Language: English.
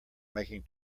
making